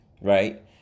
Right